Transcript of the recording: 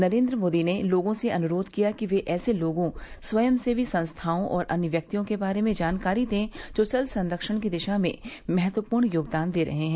नरेन्द्र मोदी ने लोगों से अनुरोध किया कि वे ऐसे लोगों स्वयसेवी संस्थाओं और अन्य व्यक्तियों के बारे में जानकारी दें जो जल संरक्षण की दिशा में महत्वपूर्ण योगदान दे रहे हैं